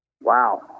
wow